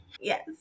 yes